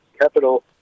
capital